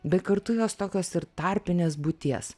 bei kartu jos tokios ir tarpinės būties